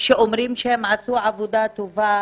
שאומרים שהם עשו עבודה טובה?